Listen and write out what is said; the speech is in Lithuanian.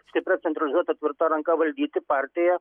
stipria centralizuota tvirta ranka valdyti partiją